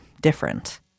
different